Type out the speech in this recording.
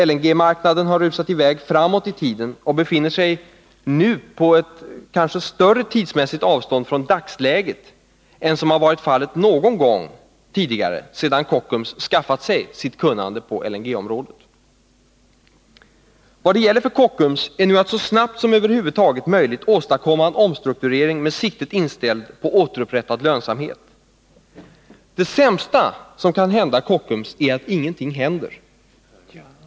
LNG-marknaden har rusat i väg framåt i tiden och befinner sig nu på ett kanske större tidsmässigt avstånd från dagsläget än som har varit fallet någon gång tidigare sedan Kockums skaffat sig sitt kunnande på LNG-området. Vad det gäller för Kockums är nu att så snabbt som över huvud taget är möjligt åstadkomma en omstrukturering med siktet inställt på återupprättad lönsamhet. Det sämsta som kan hända Kockums är att ingenting händer.